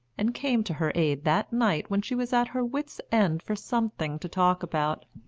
and came to her aid that night when she was at her wits' end for something to talk about.